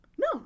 no